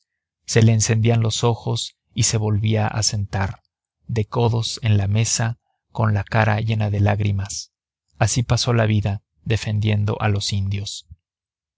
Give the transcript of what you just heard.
se le encendían los ojos y se volvía a sentar de codos en la mesa con la cara llena de lágrimas así pasó la vida defendiendo a los indios